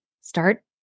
start